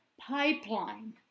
pipeline